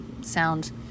sound